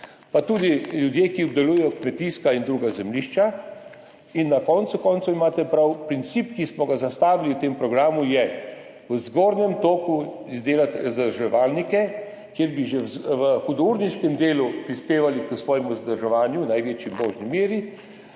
ter tudi ljudje, ki obdelujejo kmetijska in druga zemljišča. In na koncu koncev imate prav, princip, ki smo ga zastavili v tem programu, je: v zgornjem toku izdelati zadrževalnike, kjer bi že v hudourniškem delu prispevali k svojemu vzdrževanju v največji možni meri,